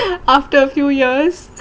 after few years